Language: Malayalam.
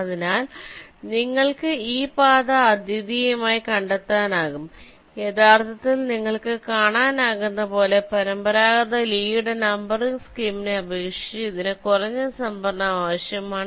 അതിനാൽ നിങ്ങൾക്ക് ഈ പാത അദ്വിതീയമായി കണ്ടെത്താനാകും യഥാർത്ഥത്തിൽ നിങ്ങൾക്ക് കാണാനാകുന്നതുപോലെ പരമ്പരാഗത ലീയുടെ നമ്പറിംഗ് സ്കീമിനെLees numbering scheme അപേക്ഷിച്ച് ഇതിന് കുറഞ്ഞ സംഭരണം ആവശ്യമാണ്